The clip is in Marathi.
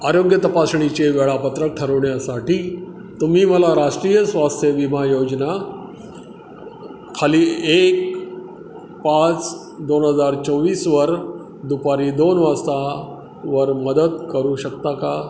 आरोग्य तपासणीचे वेळापत्रक ठरवण्यासाठी तुम्ही मला राष्ट्रीय स्वास्थ्य विमा योजना खाली एक पाच दोन हजार चोवीसवर दुपारी दोन वाजता वर मदत करू शकता का